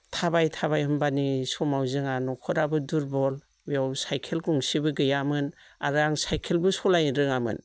थाबाय थाबाय होनबानि समाव जोंहा न'खराबो दुर्बल बेयाव साइकेल गंसेबो गैयामोन आरो आं साइकेलबो सालायनो रोङामोन